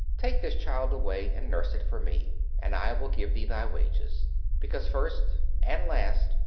take this child away and nurse it for me and i will give thee thy wages because, first and last,